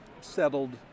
settled